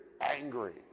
angry